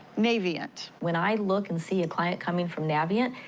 navient. when i look and see a client coming from navient,